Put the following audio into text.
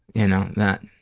you know, that.